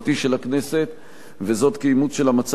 וזאת כאימוץ של המצב שקיים הלכה למעשה,